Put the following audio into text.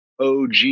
OG